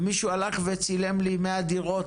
ומישהו הלך וצילם לי 100 דירות,